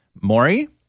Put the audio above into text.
Maury